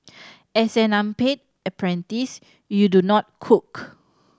as an unpaid apprentice you do not cook